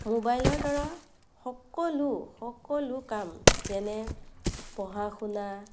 মোবাইলৰ দ্বাৰা সকলো সকলো কাম যেনে পঢ়া শুনা